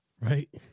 right